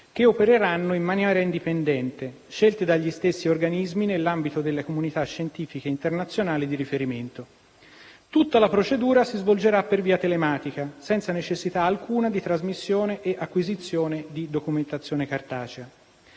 che opereranno in maniera indipendente, scelti dagli stessi organismi nell'ambito delle comunità scientifiche internazionali di riferimento. Tutta la procedura si svolgerà per via telematica, senza necessità alcuna di trasmissione e acquisizione di documentazione cartacea.